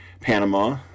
Panama